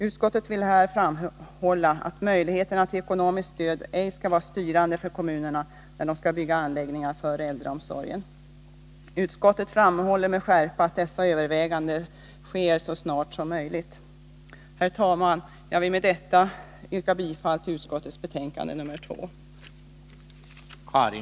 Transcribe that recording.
Utskottet vill här framhålla att möjligheterna till ekonomiskt stöd ej skall vara styrande för kommunerna, när de skall bygga anläggningar för äldreomsorgen. Utskottet framhåller med skärpa att dessa överväganden bör ske så snart som möjligt. Herr talman! Med detta vill jag yrka bifall till utskottets hemställan i dess betänkande nr 2.